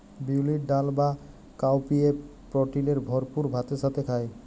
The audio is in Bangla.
বিউলির ডাল বা কাউপিএ প্রটিলের ভরপুর ভাতের সাথে খায়